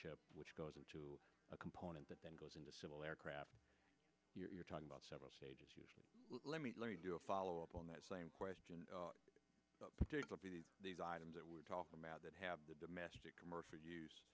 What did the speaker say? chip which goes into a component that then goes into civil aircraft you're talking about several stages usually let me do a follow up on that same question particularly these items that we're talking about that have the domestic commercial use